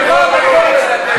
עניין שמיטה להר-סיני.